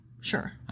Sure